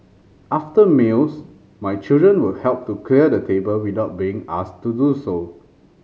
after meals my children will help to clear the table without being asked to do so